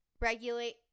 regulate